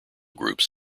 groups